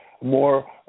more